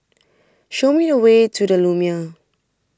show me the way to the Lumiere